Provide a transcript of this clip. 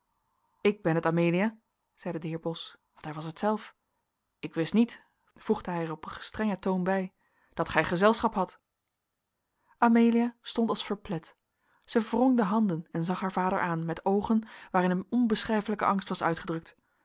ik ben het amelia zeide de heer bos want hij was het zelf ik wist niet voegde hij er op een gestrengen toon bij dat gij gezelschap hadt amelia stond als verplet zij wrong de handen en zag haar vader aan met oogen waarin een onbeschrijfelijke angst was uitgedrukt